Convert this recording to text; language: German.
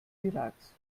iraks